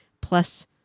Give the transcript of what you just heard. Plus